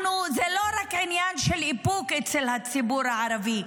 זה לא רק עניין של איפוק אצל הציבור הערבי,